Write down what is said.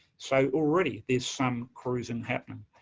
so, already there's some cruising happening.